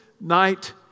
night